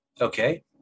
Okay